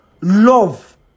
love